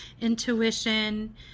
intuition